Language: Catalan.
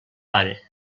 pare